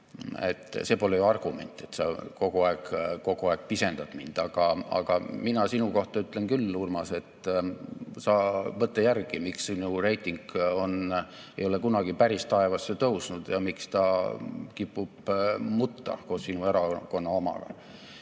See pole ju argument, et sa kogu aeg pisendad mind. Aga mina sinu kohta ütlen küll, Urmas, et sa mõtle järele, miks sinu reiting ei ole kunagi päris taevasse tõusnud ja miks ta kipub minema mutta koos sinu erakonna omaga.